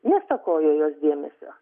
nestokojo jos dėmesio